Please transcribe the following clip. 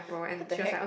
what the heck